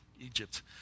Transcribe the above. Egypt